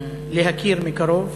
להכיר מקרוב